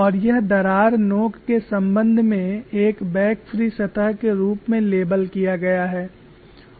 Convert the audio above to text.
और यह दरार नोक के संबंध में एक बेक फ्री सतह के रूप में लेबल किया गया है